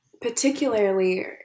particularly